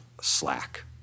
slack